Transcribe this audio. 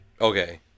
Okay